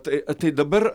tai tai dabar